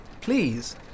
Please